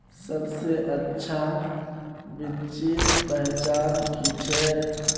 सबसे अच्छा बिच्ची पहचान की छे?